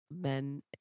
men